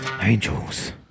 Angels